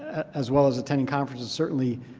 as well as attending conferences certainly,